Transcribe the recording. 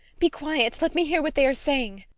be quiet! let me hear what they are saying!